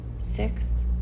six